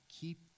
Keep